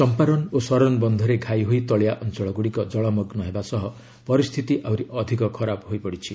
ଚମ୍ପାରନ୍ ଓ ସରନ୍ ବନ୍ଧରେ ଘାଇ ହୋଇ ତଳିଆ ଅଞ୍ଚଳଗୁଡ଼ିକ ଜଳମଗ୍ନ ହେବା ସହ ପରିସ୍ଥିତି ଆହୁରି ଅଧିକ ଖରାପ ହୋଇପଡ଼ିଛି